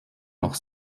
noch